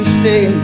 stay